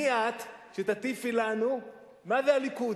מי את שתטיפי לנו מה זה הליכוד?